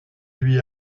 lui